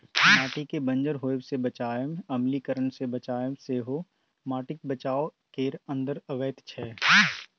माटिकेँ बंजर होएब सँ बचाएब, अम्लीकरण सँ बचाएब सेहो माटिक बचाउ केर अंदर अबैत छै